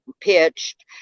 pitched